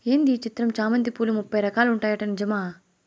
ఏంది ఈ చిత్రం చామంతి పూలు ముప్పై రకాలు ఉంటాయట నిజమా